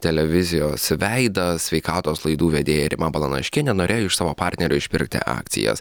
televizijos veidas sveikatos laidų vedėja rima balanaškienė norėjo iš savo partnerio išpirkti akcijas